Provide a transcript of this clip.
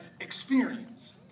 experience